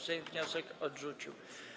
Sejm wniosek odrzucił.